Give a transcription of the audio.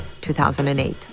2008